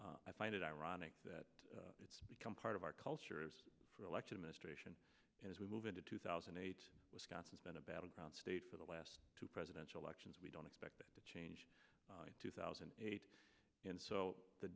i find it ironic that it's become part of our culture for election ministration as we move into two thousand and eight wisconsin's been a battleground state for the last two presidential elections we don't expect it to change two thousand and eight and so the